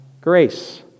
grace